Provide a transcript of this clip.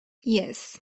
yes